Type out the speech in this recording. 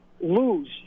lose